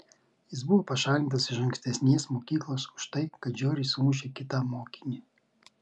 jis buvo pašalintas iš ankstesnės mokyklos už tai kad žiauriai sumušė kitą mokinį